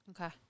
Okay